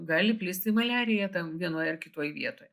gali plisti maliarija ten vienoj ar kitoj vietoj